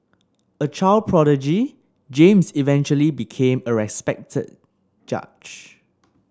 a child prodigy James eventually became a respected judge